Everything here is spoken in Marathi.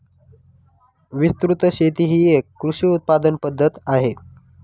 विस्तृत शेती ही एक कृषी उत्पादन पद्धत आहे